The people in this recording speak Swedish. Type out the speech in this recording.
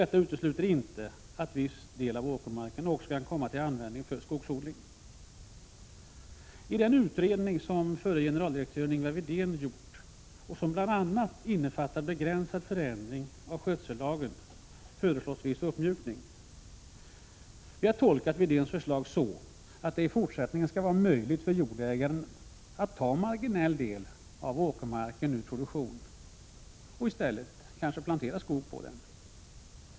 Detta utesluter emellertid inte att viss åkermark också kan komma till användning för skogsodling. I den utredning som förre generaldirektören Ingvar Widén har gjort och som bl.a. innefattade en begränsad förändring av skötsellagen föreslås en viss uppmjukning. Vi har tolkat Widéns förslag så, att det i fortsättningen skall vara möjligt för jordägare att ta en marginell del av åkermarken ur jordbruksproduktion och i stället plantera t.ex. skog.